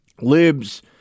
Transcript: libs